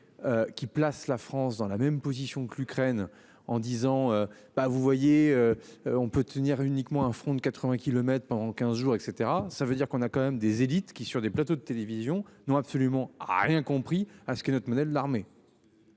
Qui place la France dans la même position que l'Ukraine en disant ben vous voyez. On peut tenir uniquement un front de 80 kilomètres pendant 15 jours et cetera ça veut dire qu'on a quand même des élites qui sur des plateaux de télévision. Non, absolument rien compris à ce que notre modèle l'armée.